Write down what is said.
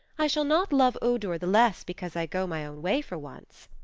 i shall not love odur the less because i go my own way for once.